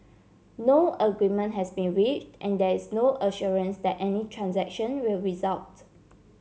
no agreement has been reached and there is no assurance that any transaction will result